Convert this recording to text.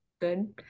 good